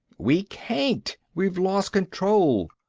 we can't. we've lost control.